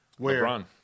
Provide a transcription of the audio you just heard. LeBron